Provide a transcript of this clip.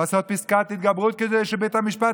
לעשות פסקת התגברות כדי שבית המשפט